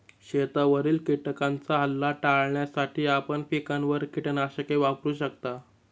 शेतावरील किटकांचा हल्ला टाळण्यासाठी आपण पिकांवर कीटकनाशके वापरू शकता